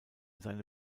seine